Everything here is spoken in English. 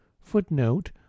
footnote